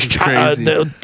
crazy